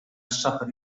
الشهر